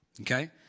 okay